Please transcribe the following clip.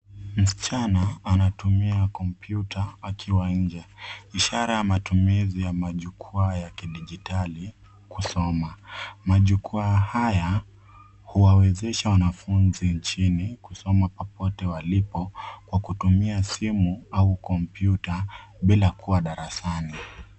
Msichana anatumia kompyuta akiwa nje, ishara ya matumizi ya majukwaa ya kidijitali kusoma. Majukwaa haya huwawezesha wanafunzi nchini kusoma popote walipo kwa kutumia simu au kompyuta bila kuwa darasani.